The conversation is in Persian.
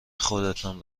خودتان